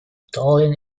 darling